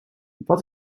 wat